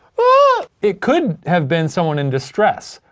ohhh! it could have been someone in distress,